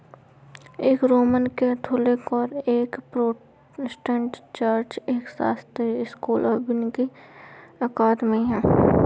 एक Roman Catholic और एक प्रोटेस्टेंट चर्च, एक शास्त्रीय स्कूल और वानिकी अकादमी है